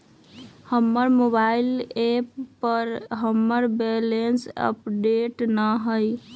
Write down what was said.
हमर mobile app पर हमर बैलेंस अपडेट न हई